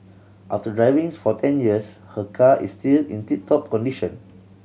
after driving for ten years her car is still in tip top condition